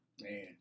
Man